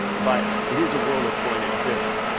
but it is a world that's going to exist,